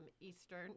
Eastern